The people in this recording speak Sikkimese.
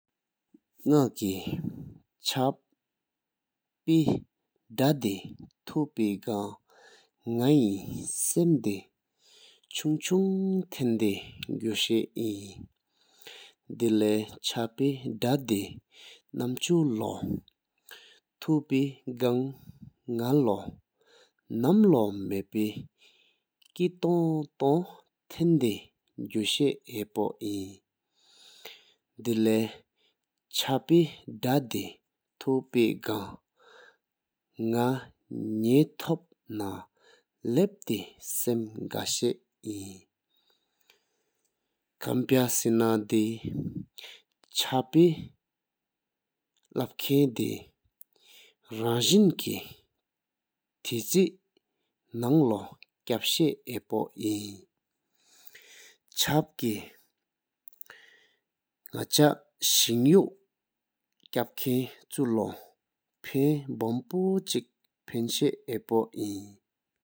ནག་གི་ཆ་པེ་དྷ་དེ་ཐོ་དཔེ་གང་ནག་ཧེ་སམ་དེ་ཅུང་ཅུང་ཐན་དེ་གུ་ཤ་ཨིན། དད་ལེ་ཅོ་སློ་དྷ་དེ་བན་ན་ཉི་གུ་ལྡེན་སློ་སམ་སློ་མ་བསྒྲགས། དད་ལེ་ཅོ་སློ་དྷ་དེ་ཐོ་དཔེ་གང་ནག་ལོ་ཉེ་ཐོ་ཕྱི་བབ་བཙན་དེ་སམ་དཀར་ཤིང། ཁང་པ་སེ་ན་དེ་ཅལ་བྷ་གསང་བ་ཐོད་རིགས་རང་རིང། ཆག་པ་གི་ནག་ཆ་བཞིན་པ་གང་ཞེས་དཔེ་གི་ཤ་མང་པོ་ཐོག་ལ་མེད།